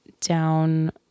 down